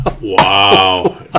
Wow